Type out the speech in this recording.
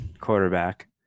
quarterback